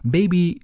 Baby